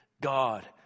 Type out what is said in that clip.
God